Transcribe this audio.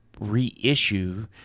reissue